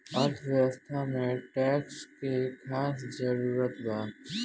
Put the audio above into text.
अर्थव्यवस्था में टैक्स के खास जरूरत बा